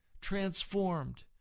Transformed